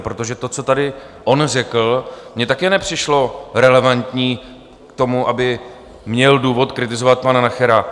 Protože to, co tady on řekl, mi také nepřišlo relevantní k tomu, aby měl důvod kritizovat pana Nachera.